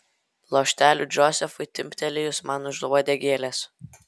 lošteliu džozefui timptelėjus man už uodegėlės